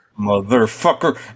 Motherfucker